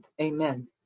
Amen